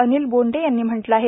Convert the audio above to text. अनिल बोंडे यांनी म्हटलं आहे